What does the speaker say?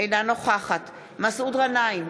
אינה נוכחת מסעוד גנאים,